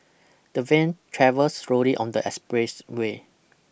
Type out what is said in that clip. the van travels slowly on the expressway